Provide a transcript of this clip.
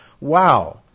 Wow